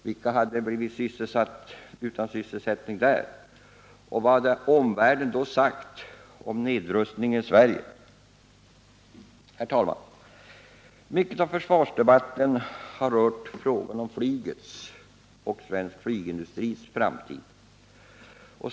Vilka hade blivit utan sysselsättning? Vad hade omvärlden då sagt om nedrustningen i Sverige? Herr talman! Mycket av försvarsdebatten har rört frågan om flygets och den svenska flygindustrins framtid.